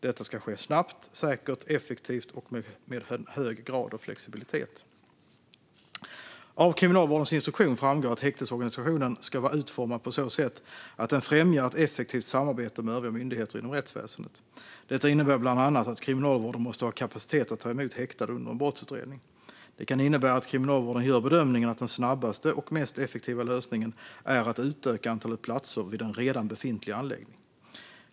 Detta ska ske snabbt, säkert, effektivt och med en hög grad av flexibilitet. Av Kriminalvårdens instruktion framgår att häktesorganisationen ska vara utformad på så sätt att den främjar ett effektivt samarbete med övriga myndigheter inom rättsväsendet. Detta innebär bland annat att Kriminalvården måste ha kapacitet att ta emot häktade under en brottsutredning. Det kan innebära att Kriminalvården gör bedömningen att den snabbaste och mest effektiva lösningen är att utöka antalet platser vid en redan befintlig anläggning.